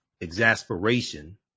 exasperation